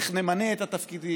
איך נמנה את בעלי התפקידים,